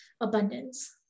abundance